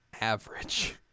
average